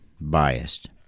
biased